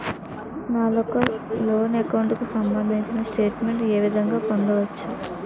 నా యెక్క loan account కు సంబందించిన స్టేట్ మెంట్ ఏ విధంగా పొందవచ్చు?